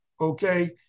okay